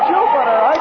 Jupiter